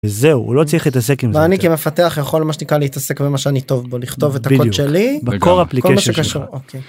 זהו הוא לא צריך להתעסק עם... ואני כמפתח יכול מה שנקרא להתעסק במה שאני טוב בו לכתוב את הקוד שלי בקורא אפליקציה.